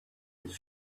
its